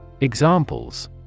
Examples